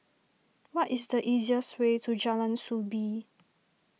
what is the easiest way to Jalan Soo Bee